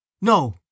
No